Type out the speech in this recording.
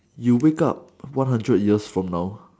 you wake up one hundred years from now